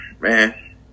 man